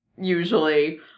usually